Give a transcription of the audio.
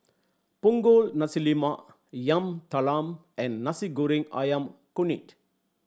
Punggol Nasi Lemak Yam Talam and Nasi Goreng Ayam Kunyit